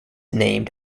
named